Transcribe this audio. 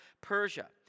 Persia